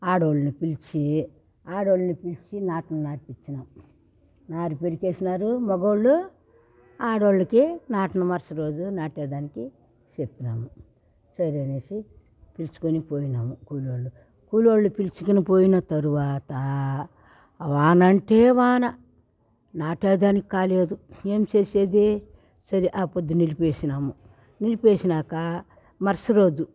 ఆడోళ్ళను పిలిచి ఆడోళ్ళని పిలిచి నారిని నాటిపించినం నారీ పెరికేసినారు మొగోళ్ళు ఆడోళ్ళకి నాటిన మరుస రోజు నాటే దానికి చెప్పినాము సరే అనేసి పిలుచుకొని పోయినాము కూలోళ్ళ కూలోళ్ళను పిలుచుకొని పోయిన తర్వాత వాన అంటే వాన నాటే దానికి కాలేదు ఏం చేసేది సరే ఆపొద్దు నిలిపేసినాము నిలిపేసినాక మరుస రోజు